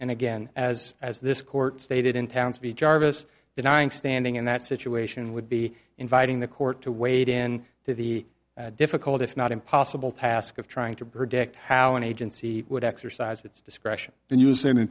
and again as as this court stated in townsville jarvis denying standing in that situation would be inviting the court to wade in to the difficult if not impossible task of trying to predict how an agency would exercise its discretion and use